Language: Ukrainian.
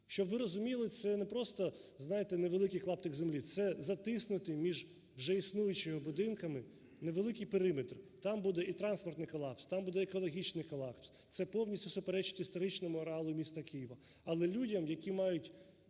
Щоб ви розуміли, це не просто, знаєте, невеликий клаптик землі. Це затиснутий між вже існуючими будинками невеликий периметр. Там буде і транспортний колапс, там буде і екологічний колапс. Це повністю суперечить історичному ареалу міста Києва. Але людям, які мають